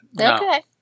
Okay